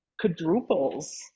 quadruples